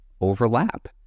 overlap